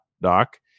Doc